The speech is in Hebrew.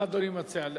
מה אדוני מציע?